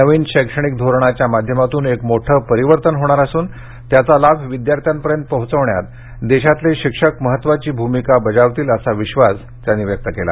नवीन शैक्षणिक धोरणाच्या माध्यमातून एक मोठं परिवर्तन होणार असून त्याचा लाभ विद्यार्थ्यांपर्यंत पोचवण्यात देशातले शिक्षक महत्त्वाची भूमिका बजावतील असा विश्वास त्यांनी व्यक्त केला